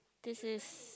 this is